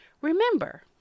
Remember